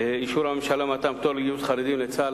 אישור הממשלה למתן פטור לחרדים מגיוס לצה"ל,